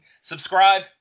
subscribe